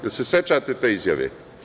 Jel se sećate te izjave?